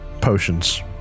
Potions